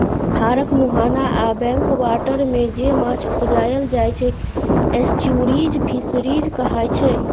धारक मुहाना आ बैक बाटरमे जे माछ उपजाएल जाइ छै एस्च्युरीज फिशरीज कहाइ छै